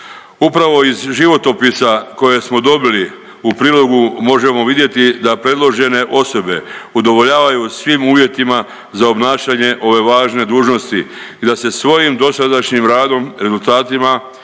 Upravo iz životopisa koje smo dobili u prilogu možemo vidjeti da predložene osobe udovoljavaju svim uvjetima za obnašanje ove važne dužnosti i da se svojim dosadašnjim radom, rezultatima